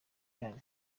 yanyu